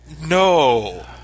No